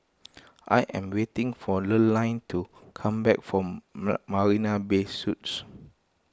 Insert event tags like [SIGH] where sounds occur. I am waiting for Lurline to come back from [UNINTELLIGIBLE] Marina Bay Suites